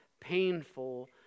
painful